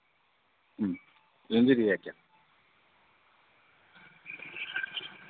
लेने गया है क्या